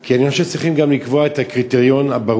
כי אני חושב שצריכים גם לקבוע את הקריטריון הברור.